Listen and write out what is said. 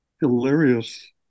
hilarious